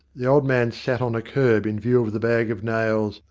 the old man sat on a curb in view of the bag of nails,